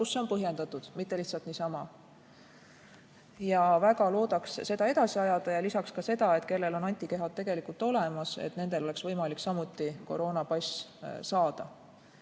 kus see on põhjendatud, mitte lihtsalt niisama. Väga loodaks seda edasi ajada. Lisaks ka seda, et kellel on antikehad tegelikult olemas, nendel oleks samuti võimalik koroonapass saada. Mida